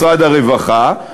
משרד הרווחה,